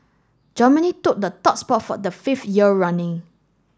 Germany took the top spot for the fifth year running